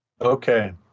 Okay